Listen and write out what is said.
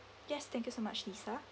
yes thank you so much lisa